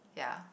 ya